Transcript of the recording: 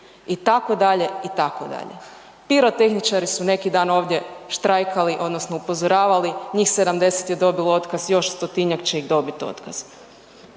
itd., itd. Pirotehničari su neki dan ovdje štrajkali odnosno upozoravali, njih 70 je dobilo otkaz, još 100-tinjak će ih dobit otkaz.